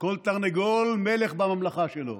כל תרנגול מלך בממלכה שלו.